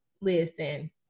listen